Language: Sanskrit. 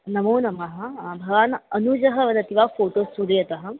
नमोनमः भवान् अनुजः वदति वा फ़ोटो स्टुडियो तः